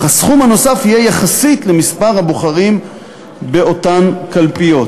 אך הסכום הנוסף יהיה יחסית למספר הבוחרים באותן קלפיות.